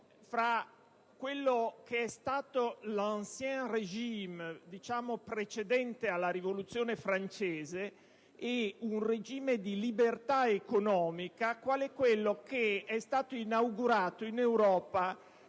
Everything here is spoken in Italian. fra quello che è stato *l'Ancien régime*, quello precedente alla Rivoluzione francese, e un regime di libertà economica, quale quello inaugurato in Europa